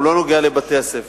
הוא לא נוגע לבתי-הספר,